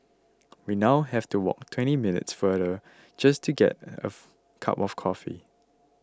we now have to walk twenty minutes farther just to get a cup of coffee